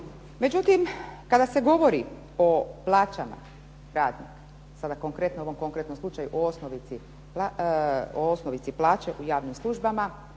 Međutim kada se govori o plaćama radnika, sada konkretno, u ovom konkretnom slučaju o osnovici plaća u javnim službama